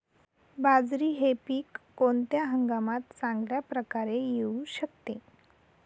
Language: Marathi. बाजरी हे पीक कोणत्या हंगामात चांगल्या प्रकारे येऊ शकते?